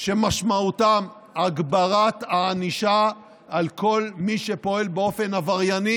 שמשמעותן הגברת הענישה על כל מי שפועל באופן עברייני,